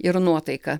ir nuotaika